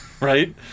Right